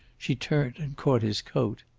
she turned and caught his coat.